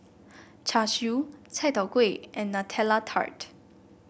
Char Siu Chai Tow Kway and Nutella Tart